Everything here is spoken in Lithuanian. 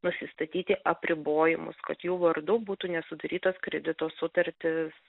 nusistatyti apribojimus kad jų vardu būtų nesudarytos kredito sutartys